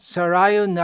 Sarayu